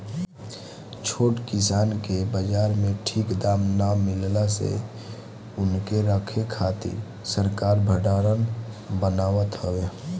छोट किसान के बाजार में ठीक दाम ना मिलला से उनके रखे खातिर सरकार भडारण बनावत हवे